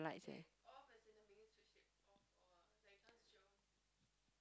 lights eh